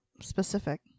specific